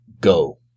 go